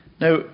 Now